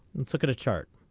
let's look at a chart.